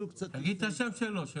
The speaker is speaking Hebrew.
תגיד את השם שלו.